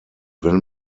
wenn